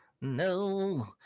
no